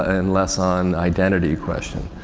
and less on identity question.